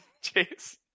Chase